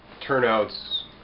turnouts